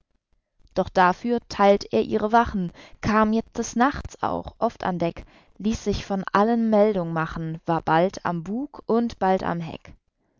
doch dafür theilt er ihre wachen kam jetzt des nachts auch oft an deck ließ sich von allem meldung machen war bald am bug und bald am